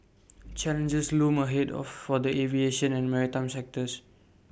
challenges loom ahead of for the aviation and maritime sectors